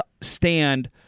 stand